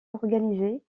organisés